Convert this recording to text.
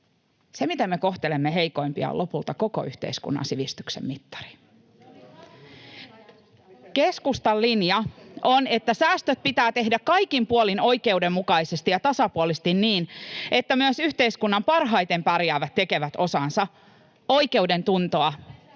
Se, miten me kohtelemme heikoimpia, on lopulta koko yhteiskunnan sivistyksen mittari.[Sanna Antikainen: Se oli pakko tehdä!] Keskustan linja on, että säästöt pitää tehdä kaikin puolin oikeudenmukaisesti ja tasapuolisesti niin, että myös yhteiskunnan parhaiten pärjäävät tekevät osansa. Oikeudentuntoa,